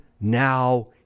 now